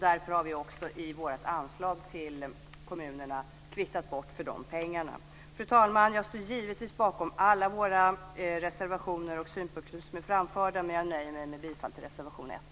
Därför har vi i vårt anslag till kommunerna kvittat bort för dessa pengar. Fru talman! Jag står givetvis bakom alla våra reservationer och synpunkter som är framförda, men jag nöjer mig med att yrka bifall till reservation 1.